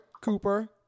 Cooper